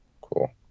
Cool